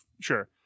sure